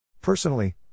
Personally